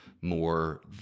more